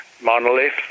Monolith